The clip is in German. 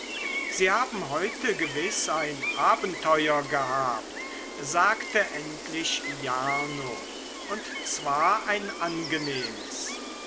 sie haben heute gewiß ein abenteuer gehabt sagte endlich jarno und zwar ein angenehmes